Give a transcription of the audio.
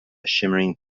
shimmering